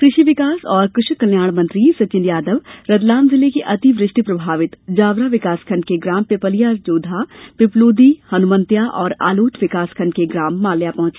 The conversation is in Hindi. कृषि विकास एवं कृषक कल्याण मंत्री सचिन यादव रतलाम जिले के अति वृष्टि प्रभावित जावरा विकासखण्ड के ग्राम पिपलिया जोधा पिपलोदी हनुमंत्या और आलोट विकासखण्ड के ग्राम माल्या पहुंचे